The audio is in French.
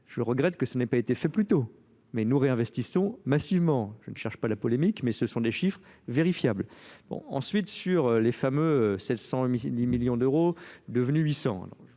je regrette que cela n'ait pas été fait plus tôt mais nous réinvestissements massivement je nee cherche pas la polémique mais ce sont des chiffres vérifiables ensuite sur les fameux sept cent millions d'euros devenus huit